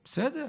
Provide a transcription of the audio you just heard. עובדה,